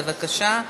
בבקשה.